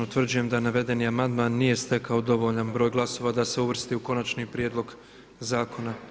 Utvrđujem da navedeni amandman nije stekao dovoljan broj glasova da se uvrsti u konačni prijedlog zakona.